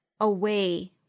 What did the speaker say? away